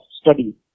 study